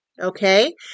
Okay